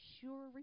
sure